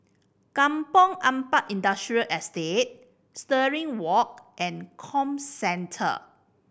Kampong Ampat Industrial Estate Stirling Walk and Comcentre